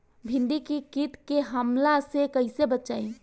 भींडी के कीट के हमला से कइसे बचाई?